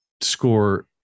score